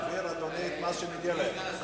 תעביר להם את מה שמגיע להם.